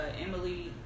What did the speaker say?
Emily